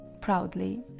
proudly